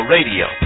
Radio